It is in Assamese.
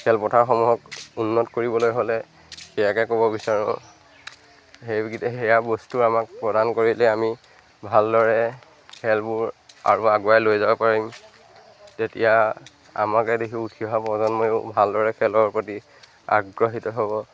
খেলপথাৰসমূহক উন্নত কৰিবলৈ হ'লে সেয়াকে ক'ব বিচাৰোঁ সেইকেইটা সেয়া বস্তু আমাক প্ৰদান কৰিলে আমি ভালদৰে খেলবোৰ আৰু আগুৱাই লৈ যাব পাৰিম তেতিয়া আমাকে দেখি উঠি হোৱা প্ৰজন্ময়ো ভালদৰে খেলৰ প্ৰতি আগ্ৰহীত হ'ব